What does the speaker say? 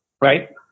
Right